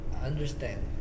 understand